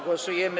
Głosujemy.